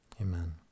Amen